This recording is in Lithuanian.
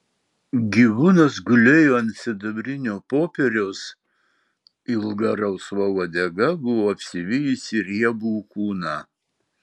gyvūnas gulėjo ant sidabrinio popieriaus ilga rausva uodega buvo apsivijusi riebų kūną